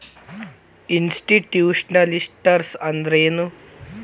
Institutional investors ಅಂದ್ರೇನು?